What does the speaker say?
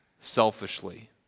selfishly